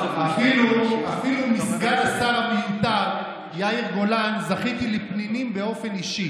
אפילו מסגן השר המיותר יאיר גולן זכיתי לפנינים באופן אישי: